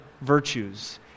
virtues